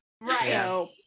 Right